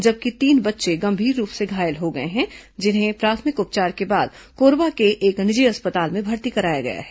जबकि तीन बच्चे गंभीर रूप से घायल हो गए हैं जिन्हें प्राथमिक उपचार के बाद कोरबा के एक निजी अस्पताल में भर्ती कराया गया है